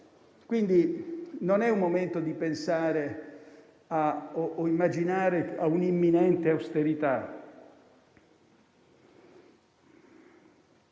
Non è il momento di pensare o immaginare un'imminente austerità.